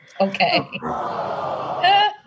Okay